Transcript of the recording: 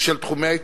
תחומי ההתמחות.